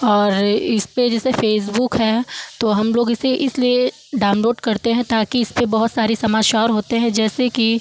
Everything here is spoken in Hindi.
और इसपे जैसे फ़ेसबुक है तो हम लोग इसे इसलिए डाउनलोड करते हैं ताकि इसपे बहुत सारी समाचार होते हैं जैसे कि